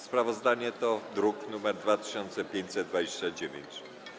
Sprawozdanie to druk nr 2529.